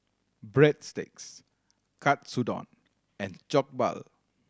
Breadsticks Katsudon and Jokbal